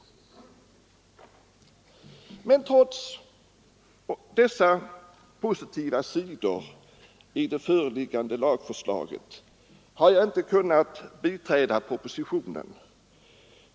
Men trots dessa positiva sidor i det föreliggande lagförslaget har jag inte kunnat biträda propositionen.